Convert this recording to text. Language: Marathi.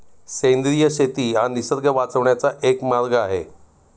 सेंद्रिय शेती हा निसर्ग वाचवण्याचा एक मार्ग आहे